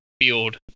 field